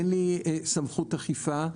אין לי סמכות אכיפה,